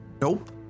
Nope